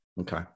okay